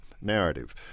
narrative